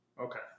Okay